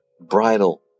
bridal